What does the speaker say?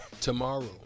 Tomorrow